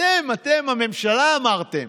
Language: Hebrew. אתם, אתם, הממשלה, אמרתם